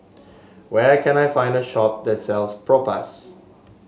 where can I find a shop that sells Propass